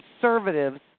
conservatives